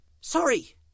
Sorry—